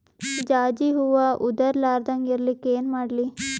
ಜಾಜಿ ಹೂವ ಉದರ್ ಲಾರದ ಇರಲಿಕ್ಕಿ ಏನ ಮಾಡ್ಲಿ?